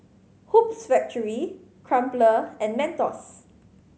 Hoops Factory Crumpler and Mentos